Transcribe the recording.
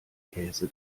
käse